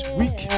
week